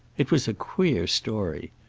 it was a queer story.